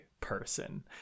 person